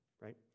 right